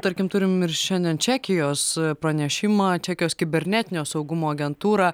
tarkim turim ir šiandien čekijos pranešimą čekijos kibernetinio saugumo agentūra